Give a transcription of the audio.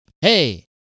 Hey